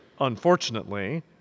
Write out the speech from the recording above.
unfortunately